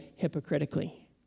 hypocritically